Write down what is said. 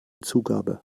zugabe